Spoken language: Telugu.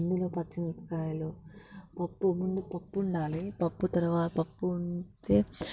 ఇందులో పచ్చిమిరపకాయలు పప్పు ముందు పప్పు ఉండాలి పప్పు తర్వాత పప్పు ఉంటే